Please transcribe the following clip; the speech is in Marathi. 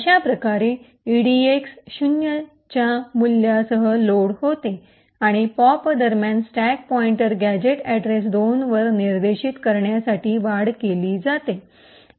अशा प्रकारे इडीएक्स ० च्या मूल्यासह लोड होते आणि पॉप दरम्यान स्टॅक पॉइंटर गॅझेट अॅड्रेस २ वर निर्देशित करण्यासाठी वाढ केली जाते